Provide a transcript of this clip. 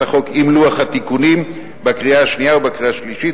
החוק עם לוח התיקונים בקריאה השנייה ובקריאה השלישית,